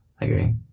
agree